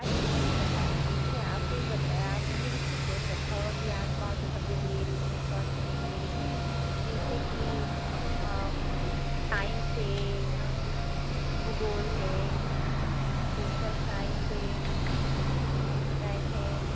अरे वो तो हम बताएंगे ही आपको भी बता आपने भी तो कुछ सोच रखा होगा कि आप कौन सा सबजेक्ट ले रही हैं कौन सा नहीं ले रही हैं जैसे कि साइंस है भूगोल है सोसल साइंस है आइम है